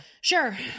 Sure